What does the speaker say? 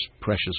precious